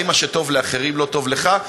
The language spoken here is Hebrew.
האם מה שטוב לאחרים לא טוב לך,